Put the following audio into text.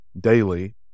daily